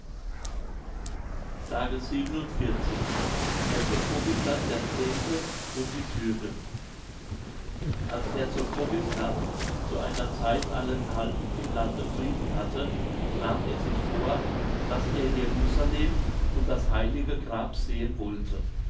s herzog bogislav x und die türken als herzog bogislav zu einer zeit allenthalben im lande frieden hatte nahm er sich vor daß er jerusalem und das heilige grab sehen wollte